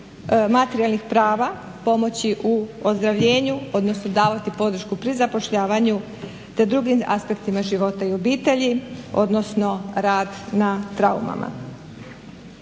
materijalnih prava pomoći u ozdravljenju, odnosno davati podršku pri zapošljavanju, te drugim aspektima života i obitelji, odnosno rad na traumama.